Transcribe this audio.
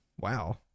Wow